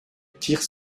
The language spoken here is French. tire